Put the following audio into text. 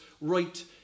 right